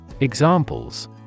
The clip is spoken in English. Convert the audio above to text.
Examples